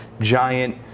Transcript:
giant